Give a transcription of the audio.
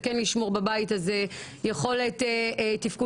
כדי כן לשמור בבית הזה על יכולת התפקוד